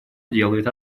делает